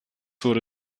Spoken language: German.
wurde